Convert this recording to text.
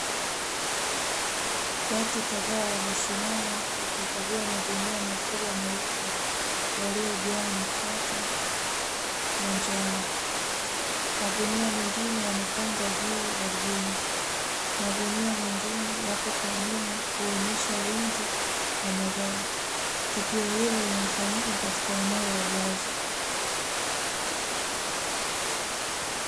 Watu Kadhaa wamesimama wakikagua magunia makubwa meupe, yaliyojaa nafaka ya njano. Magunia mengine yamepangwa juu ardhini, magunia mengine yapo kwa nyuma kuonyesha wingi wa mazao, tukio hilo linafanyika katika eneo la uwazi.